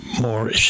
more